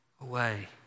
away